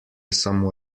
samo